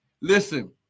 listen